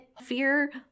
fear